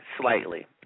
slightly